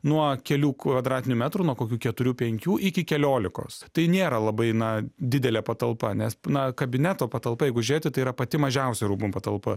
nuo kelių kvadratinių metrų nuo kokių keturių penkių iki keliolikos tai nėra labai na didelė patalpa nes na kabineto patalpa jeigu žiūrėti tai yra pati mažiausia rūmų patalpa